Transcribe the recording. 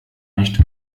nicht